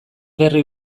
berri